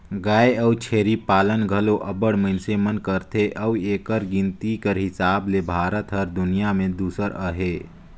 गाय अउ छेरी पालन घलो अब्बड़ मइनसे मन करथे अउ एकर गिनती कर हिसाब ले भारत हर दुनियां में दूसर अहे